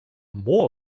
more